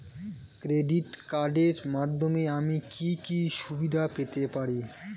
Credit কার্ডের মাধ্যমে আমি কি কি সুবিধা পেতে পারি?